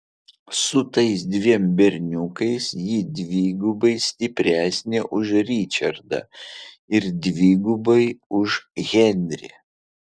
su tais dviem berniukais ji dvigubai stipresnė už ričardą ir dvigubai už henrį